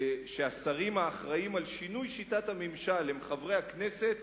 והשרים האחראים על שינוי שיטת הממשל הם חברי הכנסת